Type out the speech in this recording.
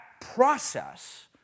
process